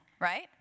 right